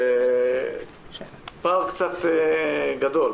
זה פער קצת גדול.